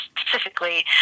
specifically